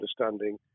understanding